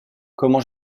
comment